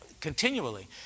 continually